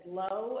low